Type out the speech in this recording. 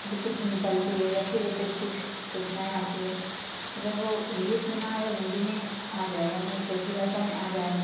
vacancy निकलती है या फ़िर ऐसे भी कुछ सूचनाएँ आती हैं अगर वह इंग्लिश में ना आए और हिंदी में आ जाए या फ़िर क्षेत्रीय भाषा में आ जाए